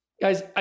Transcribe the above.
Guys